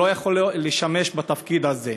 הוא לא יכול לשמש בתפקיד הזה,